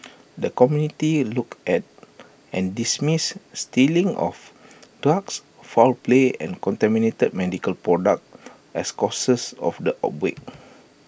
the committee looked at and dismissed stealing of drugs foul play and contaminated medical products as causes of the outbreak